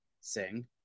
sing